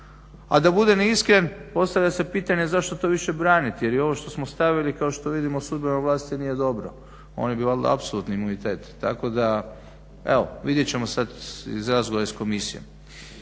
A da budem iskren postavlja se pitanje zašto to više braniti, jer i ovo što smo stavili kao što vidimo sudbenoj vlasti nije dobro. Oni bi valjda apsolutni imunitet. Tako da evo, vidjet ćemo sad iz razgovora i s Komisijom.